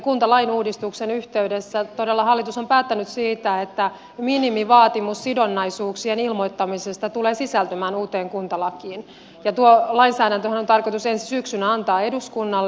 kuntalain uudistuksen yhteydessä todella hallitus on päättänyt siitä että minimivaatimus sidonnaisuuksien ilmoittamisesta tulee sisältymään uuteen kuntalakiin ja tuo lainsäädäntöhän on tarkoitus ensi syksynä antaa eduskunnalle